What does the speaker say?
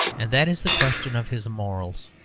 and that is the question of his morals.